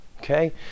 Okay